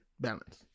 Balance